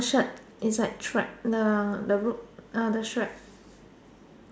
shirt it's like trap the the roof uh the strap